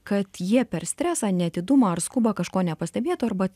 kad jie per stresą neatidumą ar skubą kažko nepastebėtų arba